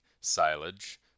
silage